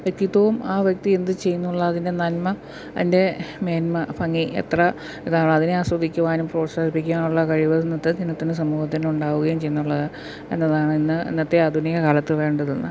വ്യക്തിത്വവും ആ വ്യക്തി എന്ത് ചെയ്യുന്നു എന്നുള്ള അതിൻ്റെ നന്മ അതിൻ്റെ മേന്മ ഭംഗി എത്ര ഇതാണ് അതിനെ ആസ്വദിക്കുവാനും പ്രോത്സാഹിപ്പിക്കാനുമുള്ള കഴിവ് ഇന്നത്തെ ജനത്തിന് സമൂഹത്തിന് ഉണ്ടാവുകയും ചെയ്യുന്നുള്ള എന്നതാണ് ഇന്ന് ഇന്നത്തെ ആധുനിക കാലത്ത് വേണ്ടതെന്ന്